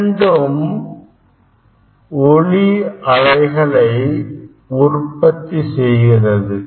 இரண்டும் ஒலி அலைகளை உற்பத்தி செய்கிறது